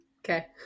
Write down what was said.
Okay